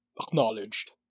acknowledged